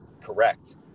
correct